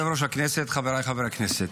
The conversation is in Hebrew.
כבוד יושב-ראש הישיבה, חבריי חברי הכנסת,